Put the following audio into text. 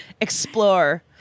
Explore